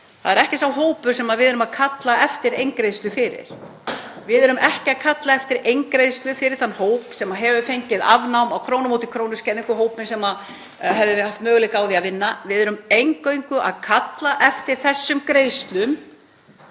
stjórnarandstöðunnar, erum að kalla eftir eingreiðslu fyrir. Við erum ekki að kalla eftir eingreiðslu fyrir þann hóp sem hefur fengið afnám krónu á móti krónu skerðingar, hópinn sem hefur haft möguleika á því að vinna. Við erum eingöngu að kalla eftir þessum greiðslum